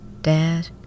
Dad